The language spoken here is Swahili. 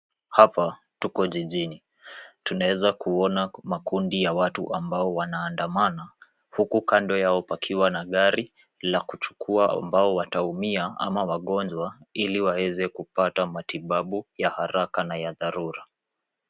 Hapa tuko jijini. Tunaeza kuona makundi ya watu ambao wanaandamana, huku kando yao pakiwa na gari la kuchukua ambao wataumia ama wagonjwa, ili waeze kupata matibabu ya haraka na ya dharura.